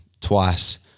twice